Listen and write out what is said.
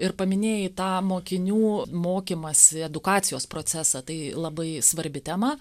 ir paminėjai tą mokinių mokymąsi edukacijos procesą tai labai svarbi tema